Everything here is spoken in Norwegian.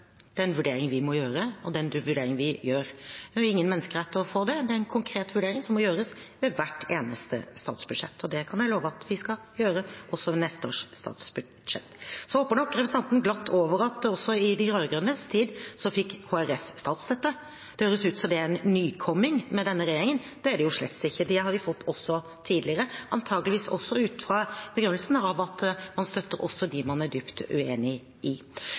Det er en vurdering vi må gjøre, og det er en vurdering vi gjør. Det er ingen menneskerett å få det. Det er en konkret vurdering som må gjøres for hvert eneste statsbudsjett, og det kan jeg love at vi skal gjøre også i neste års statsbudsjett. Representanten hopper glatt over at også i de rød-grønnes tid fikk HRS statsstøtte. Det høres ut som det er en nykomling med denne regjeringen, men det er det jo slett ikke. Det har de også fått tidligere, antakeligvis også ut fra begrunnelsen at man støtter også dem man er dypt uenig